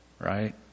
right